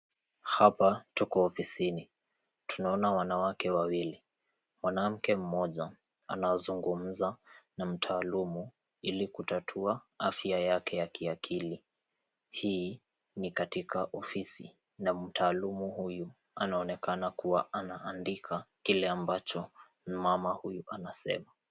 Hapa tuko ofisini. Tunaona wanawake wawili. Mwanamke mmoja anazungumza na mtaalamu ili kutatua afya yake ya kiakili. Hii ni katika ofisi na mtaalamu huyo anaonekana kuwa anaandika kile ambacho mama huyu anasema.